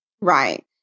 Right